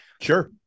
Sure